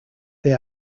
they